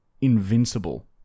invincible